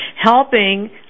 helping